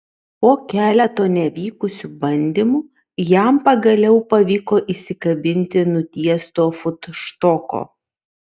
po keleto nevykusių bandymų jam pagaliau pavyko įsikabinti nutiesto futštoko